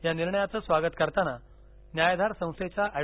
या निर्णयाचं स्वागत करताना न्यायाधार संस्थेच्या एड